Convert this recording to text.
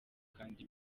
kandi